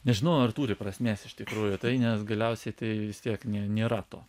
nežinau ar turi prasmės iš tikrųjų tai nes galiausiai tai vis tiek ne nėra to